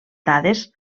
dades